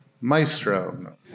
Maestro